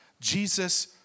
Jesus